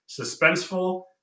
suspenseful